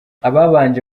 ababanje